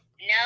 No